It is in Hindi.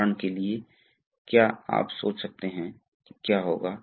तो आपने आज क्या किया है